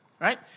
Right